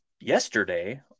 yesterday